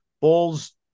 Ball's